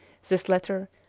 this letter,